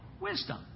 wisdom